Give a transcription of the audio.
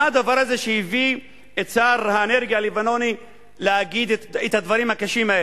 מה הדבר הזה שהביא את שר האנרגיה הלבנוני להגיד את הדברים הקשים האלה?